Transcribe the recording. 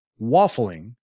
waffling